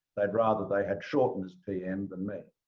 they'd rather they had shorten as pm than me.